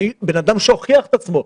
בן אדם שהוכיח את עצמו.